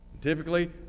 Typically